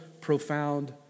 profound